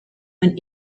when